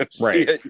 right